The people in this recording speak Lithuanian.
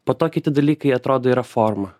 po to kiti dalykai atrodo yra forma